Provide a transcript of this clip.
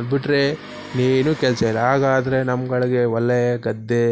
ಅದ್ಬಿಟ್ರೆ ಏನು ಕೆಲಸ ಇಲ್ಲ ಹಾಗಾದ್ರೆ ನಮ್ಮಗಳಿಗೆ ಹೊಲ ಗದ್ದೆ